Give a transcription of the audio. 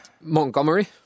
Montgomery